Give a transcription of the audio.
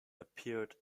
appeared